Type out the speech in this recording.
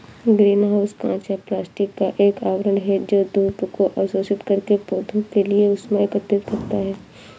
green house कांच या plastic का एक आवरण है जो धूप को अवशोषित करके पौधों के लिए ऊष्मा एकत्रित करता है